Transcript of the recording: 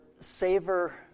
savor